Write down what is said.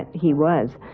he was,